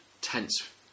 tense